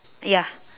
ya